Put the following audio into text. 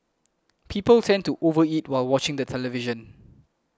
people tend to over eat while watching the television